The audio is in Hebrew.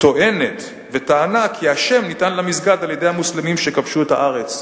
טוענת וטענה כי השם ניתן למסגד על-ידי המוסלמים שכבשו את הארץ.